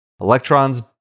electrons